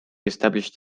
established